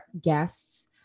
guests